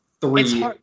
three